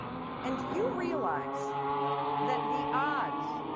and do you realize that the odds,